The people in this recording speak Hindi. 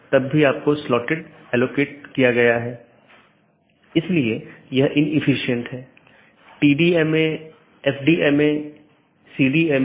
हालाँकि एक मल्टी होम AS को इस प्रकार कॉन्फ़िगर किया जाता है कि यह ट्रैफिक को आगे न बढ़ाए और पारगमन ट्रैफिक को आगे संचारित न करे